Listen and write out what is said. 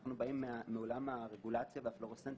אנחנו באים מעולם הרגולציה והפלורסנטים.